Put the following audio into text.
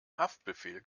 haftbefehl